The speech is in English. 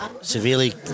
severely